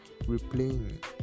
replaying